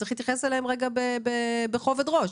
צריך להתייחס אליהם בכובד ראש.